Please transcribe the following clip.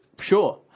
sure